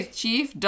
chief